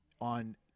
on